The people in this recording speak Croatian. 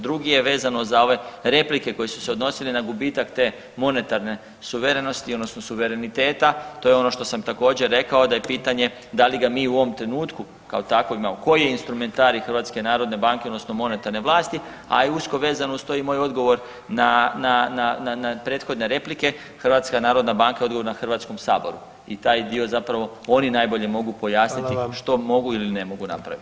Drugi je vezano za ove replike koje su se odnosile na gubitak te monetarne suverenosti odnosno suvereniteta to je ono što sam također rekao da je pitanje da li ga mi u ovom trenutku kao takvog imamo, koji je instrumentarij HNB-a odnosno monetarne vlasti, a i usko vezano uz to i moj odgovor na prethodne replike HNB odgovorna je HS-u i taj dio zapravo oni najbolje mogu pojasniti [[Upadica predsjednik: Hvala vam.]] što mogu ili ne mogu napraviti.